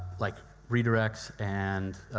like redirects, and